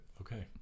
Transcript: Okay